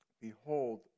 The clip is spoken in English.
Behold